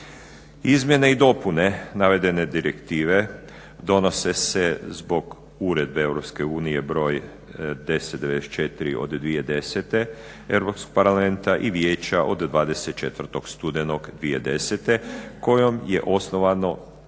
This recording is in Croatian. Izmjene i dopune navedene direktive donose se zbog uredbe Europske unije broj 10/94 od 2010. Europskog parlamenta i Vijeća od 24. studenog 2010. kojom je osnovano